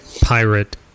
pirate